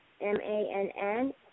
M-A-N-N